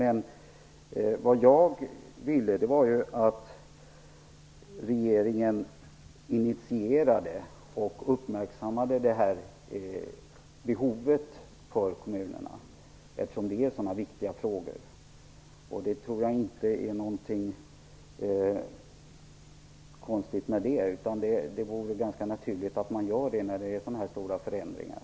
Men vad jag ville var att regeringen initierade och uppmärksammade det här behovet för kommunerna, eftersom det är så viktiga frågor. Jag tycker inte att det är något konstigt med det. Det vore ganska naturligt att göra det när det handlar om så här stora förändringar.